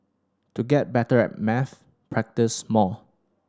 to get better at maths practise more